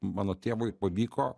mano tėvui pavyko